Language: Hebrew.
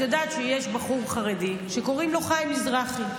את יודעת שיש בחור חרדי שקוראים לו חיים מזרחי.